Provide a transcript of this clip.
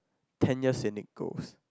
ten years st nick girls